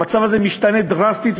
המצב הזה משתנה דרסטית,